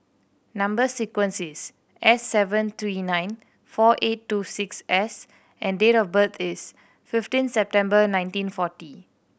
number sequence is S seven three nine four eight two six S and date of birth is fifteen September nineteen forty